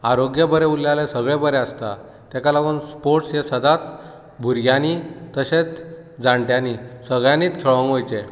आरोग्य बरें उरलें जाल्यार सगळें बरें आसता तेका लागून स्पोर्ट्स हे सदांच भुरग्यांनी तशेत जाण्ट्यांनी सगळ्यांनीच खेळोंक वयचे